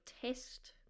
test